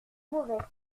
mauvais